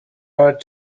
are